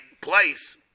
place